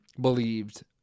believed